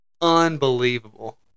unbelievable